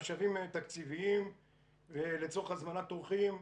משאבים תקציביים לצורך הזמנת אורחים.